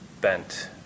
bent